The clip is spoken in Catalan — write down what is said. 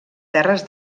terres